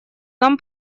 нам